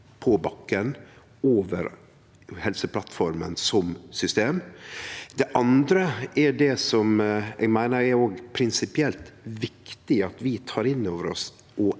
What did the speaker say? på bakken om Helseplattforma som system. Det andre er det som eg meiner er prinsipielt viktig at vi tek inn over oss